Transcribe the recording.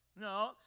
No